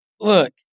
Look